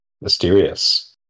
Mysterious